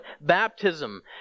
baptism